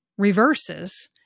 Reverses